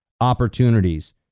opportunities